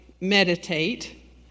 meditate